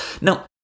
Now